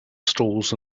stalls